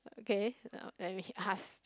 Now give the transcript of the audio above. okay uh then we ask